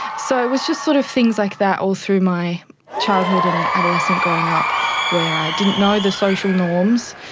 so it was just sort of things like that all through my childhood and adolescence growing up where i didn't know the social norms,